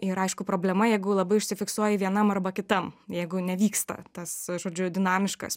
ir aišku problema jeigu labai užsifiksuoji vienam arba kitam jeigu nevyksta tas žodžiu dinamiškas